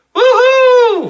Woo-hoo